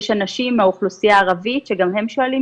יש אנשים מהאוכלוסייה הערבית שגם הם שואלים